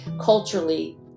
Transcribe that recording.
Culturally